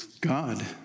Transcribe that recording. God